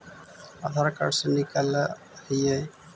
आधार card से निकाल हिऐ?